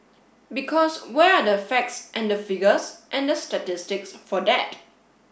because where are the facts and the figures and the statistics for that